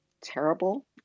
terrible